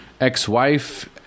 ex-wife